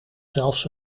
zelfs